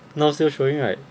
now still showing right